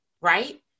right